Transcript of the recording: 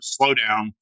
slowdown